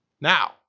Now